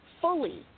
fully